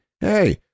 hey